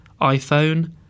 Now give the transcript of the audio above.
iPhone